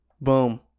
Boom